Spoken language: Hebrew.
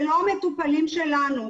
זה לא מטופלים שלנו.